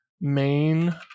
main